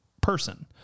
person